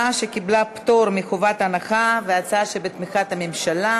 הצעת חוק למניעת מפגעים (תיקון,